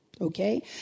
Okay